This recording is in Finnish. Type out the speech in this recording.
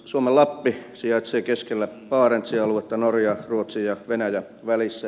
suomen lappi sijaitsee keskellä barentsin aluetta norjan ruotsin ja venäjän välissä